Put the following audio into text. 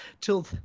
till